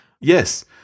Yes